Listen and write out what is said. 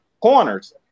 corners